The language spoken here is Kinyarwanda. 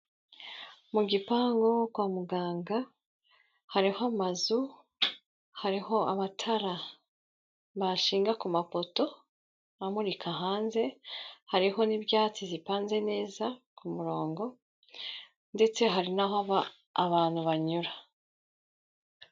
Mu gipangu kwa muganga hariho amazu, hariho abatara bashinga ku mapoto amurika hanze, hariho n'ibyatsi zipanze neza ku murongo ndetse hari n'aho abantu banyura.